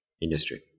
Industry